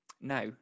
now